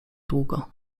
długo